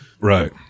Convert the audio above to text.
Right